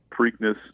Preakness